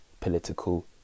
political